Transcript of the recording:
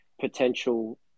potential